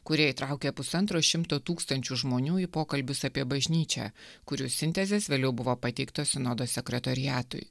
kurie įtraukė pusantro šimto tūkstančių žmonių į pokalbius apie bažnyčią kurių sintezės vėliau buvo pateiktos sinodo sekretoriatui